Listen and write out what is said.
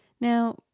Now